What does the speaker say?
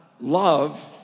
love